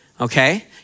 okay